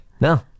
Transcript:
No